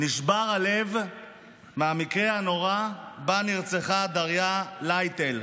נשבר הלב מהמקרה הנורא שבו נרצחה דריה לייטל,